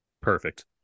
perfect